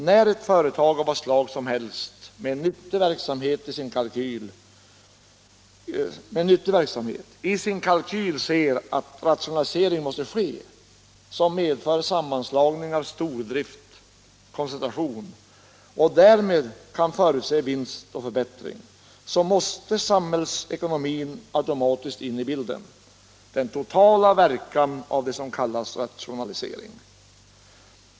När ett företag av vad slag det vara må — ett företag som bedriver en nyttig verksamhet — genom sina kalkyler finner att det måste ske en rationalisering som leder till sammanslagningar, stordrift och koncentration och därmed större vinster, så måste samhällsekonomin automatiskt komma in i bilden. Man måste räkna fram den totala verkan av det som kallas rationalisering.